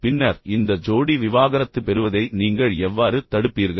பின்னர் இந்த ஜோடி விவாகரத்து பெறுவதை நீங்கள் எவ்வாறு தடுப்பீர்கள்